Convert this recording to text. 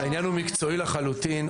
העניין הוא מקצועי לחלוטין.